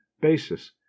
basis